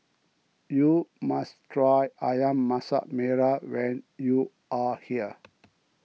you must try Ayam Masak Merah when you are here